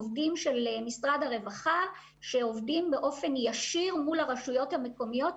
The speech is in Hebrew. עובדים של משרד הרווחה שעובדים באופן ישיר מול הרשויות המקומיות,